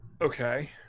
okay